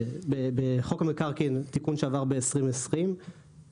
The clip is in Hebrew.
תיקון שעבר ב-2020,